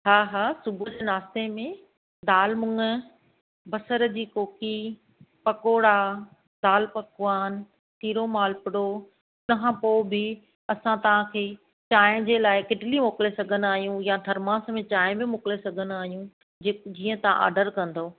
हा हा सुबुह जो नास्ते में दाल मुङ बसर जी कोकी पकोड़ा दाल पकवान सीरो मालपुड़ो उनखां पोइ बि असां तव्हां खे चाहिं जे लाइ किटली मोकिले सघंदा आहियूं या थरमास में चाहिं बि मोकिले सघंदा आहियूं जीअं ऑडर कंदव